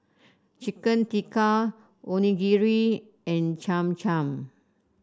Chicken Tikka Onigiri and Cham Cham